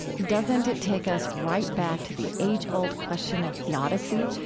doesn't it take us right back to the age-old question of theodicy?